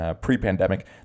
Pre-pandemic